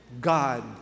God